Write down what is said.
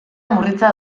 murritza